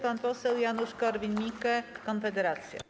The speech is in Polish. Pan poseł Janusz Korwin-Mikke, Konfederacja.